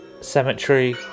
cemetery